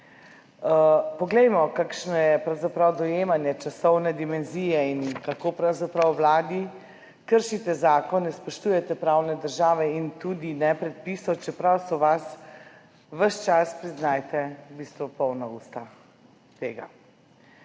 Poglejmo, kakšno je pravzaprav dojemanje časovne dimenzije in kako pravzaprav na Vladi kršite zakone, ne spoštujete pravne države in tudi ne predpisov, čeprav so vas ves čas, priznajte, v bistvu polna usta tega.